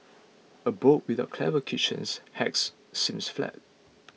a book without clever kitchens hacks seems flat